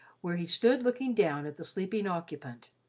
where he stood looking down at the sleeping occupant.